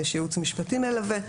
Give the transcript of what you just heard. יש ייעוץ משפטי מלווה,